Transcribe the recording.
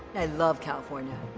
i love california.